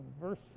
Verse